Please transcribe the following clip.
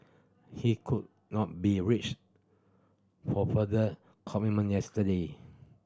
he could not be reached for further comment yesterday